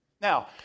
Now